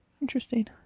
Interesting